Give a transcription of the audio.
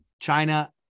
China